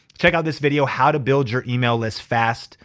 check out this video, how to build your email list fast.